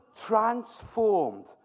transformed